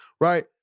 right